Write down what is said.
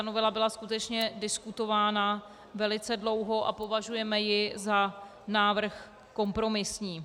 Novela byla skutečně diskutována velice dlouho a považujeme ji za návrh kompromisní.